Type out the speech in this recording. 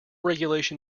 regulation